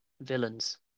villains